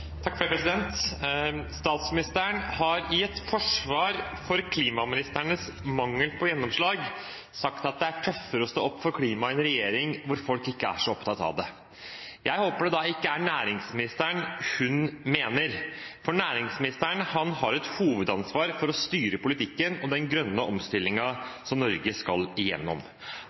Statsministeren har i et forsvar for klimaministerens mangel på gjennomslag sagt at det er tøffere å stå opp for klima i en regjering hvor folk ikke er så opptatt av det. Jeg håper det ikke er næringsministeren hun mener, for næringsministeren har et hovedansvar for å styre politikken og den grønne omstillingen som Norge skal